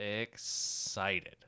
excited